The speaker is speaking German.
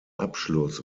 abschluss